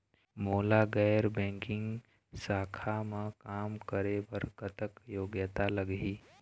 मोला गैर बैंकिंग शाखा मा काम करे बर कतक योग्यता लगही?